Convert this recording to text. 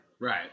Right